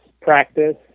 Practice